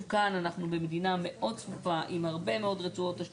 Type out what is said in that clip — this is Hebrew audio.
אנחנו טוענים שההסכמה היא לא דיכוטומית,